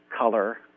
color